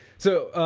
so,